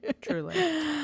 Truly